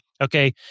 okay